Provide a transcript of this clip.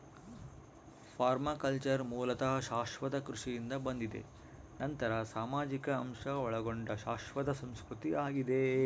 permaculture ಮೂಲತಃ ಶಾಶ್ವತ ಕೃಷಿಯಿಂದ ಬಂದಿದೆ ನಂತರ ಸಾಮಾಜಿಕ ಅಂಶ ಒಳಗೊಂಡ ಶಾಶ್ವತ ಸಂಸ್ಕೃತಿ ಆಗಿದೆ